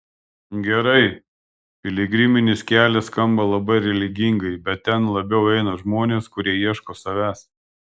gerai piligriminis kelias skamba labai religingai bet ten labiau eina žmonės kurie ieško savęs